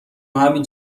همین